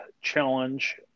challenge